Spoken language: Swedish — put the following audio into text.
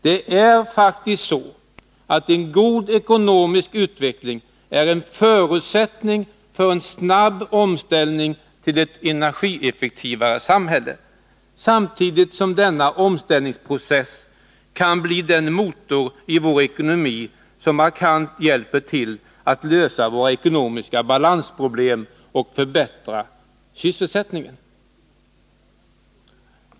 Det är faktiskt så att god ekonomisk utveckling är en förutsättning för en snabb omställning till ett energieffektivare samhälle — samtidigt som denna omställningsprocess kan bli den motor i vår ekonomi som markant hjälper till att lösa våra ekonomiska balansproblem och förbättra sysselsättningen.